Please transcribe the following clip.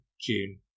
June